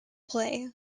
play